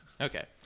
Okay